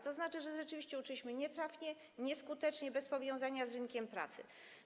To znaczy, że rzeczywiście uczyliśmy nietrafnie, nieskutecznie, bez powiązania z rynkiem pracy.